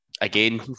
Again